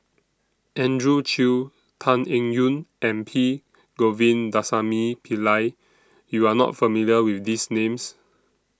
Andrew Chew Tan Eng Yoon and P Govindasamy Pillai YOU Are not familiar with These Names